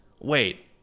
wait